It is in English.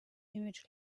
image